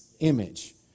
image